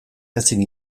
ezin